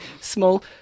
small